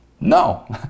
No